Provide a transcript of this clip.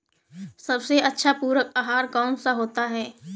सबसे अच्छा पूरक आहार कौन सा होता है?